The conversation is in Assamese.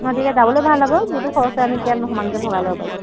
অঁ তেতিয়া যাবলৈ ভাল হ'ব যিটো খৰচ হয় আমি তেতিয়া সমানকৈ ভগাই ল'ব পাৰিম